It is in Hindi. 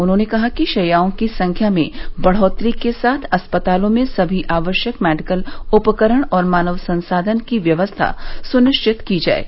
उन्होंने कहा कि शैयाओं की संख्या में बढ़ोत्तरी के साथ अस्पतालों में सभी आवश्यक मेडिकल उपकरण और मानव संसाधन की व्यवस्था सुनिश्चत की जाये